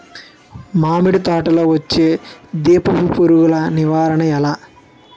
మామిడి తోటలో వచ్చే దీపపు పురుగుల నివారణ ఎలా?